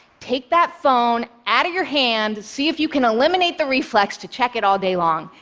take that phone out of your hand. see if you can eliminate the reflex to check it all day long,